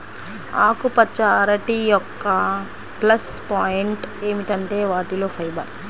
ఆకుపచ్చ అరటి యొక్క ప్లస్ పాయింట్ ఏమిటంటే వాటిలో ఫైబర్